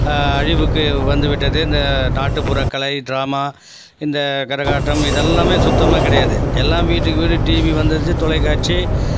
அழிவுக்கு வந்துவிட்டது இந்த நாட்டுபுறக்கலை டிராமா இந்த கரகாட்டம் இதெல்லாமே சுத்தமா கிடையாது எல்லாம் வீட்டுக்கு வீடு டிவி வந்துடுச்சு தொலைக்காட்சி